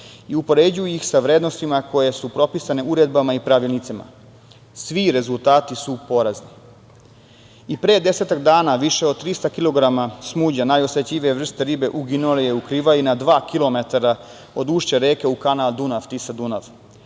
i upoređuju ih sa vrednostima koje su propisane uredbama i pravilnicima. Svi rezultati su porazni. Pre desetak dana više od 300 kilograma smuđa, najosetljivije vrste ribe, uginuo je u Krivaji na dva kilometra od ušća reke u kanal Dunav-Tisa-Dunav.